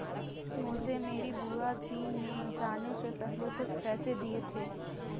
मुझे मेरी बुआ जी ने जाने से पहले कुछ पैसे दिए थे